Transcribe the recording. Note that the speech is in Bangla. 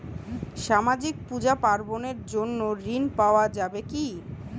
সামাজিক পূজা পার্বণ এর জন্য ঋণ পাওয়া যাবে কি?